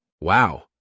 Wow